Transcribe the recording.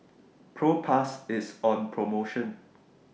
Propass IS on promotion